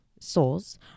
souls